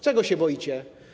Czego się boicie?